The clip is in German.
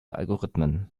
algorithmen